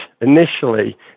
initially